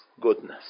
goodness